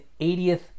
80th